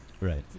Right